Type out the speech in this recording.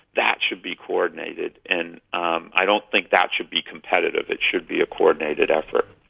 that should be coordinated. and um i don't think that should be competitive, it should be a coordinated effort.